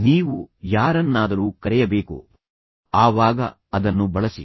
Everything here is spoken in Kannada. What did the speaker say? ನೀವು ಯಾರನ್ನಾದರೂ ಕರೆಯಬೇಕು ಆವಾಗ ಅದನ್ನು ಬಳಸಿ